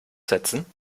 setzen